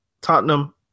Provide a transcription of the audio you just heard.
Tottenham